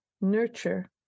nurture